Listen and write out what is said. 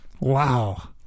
Wow